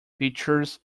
features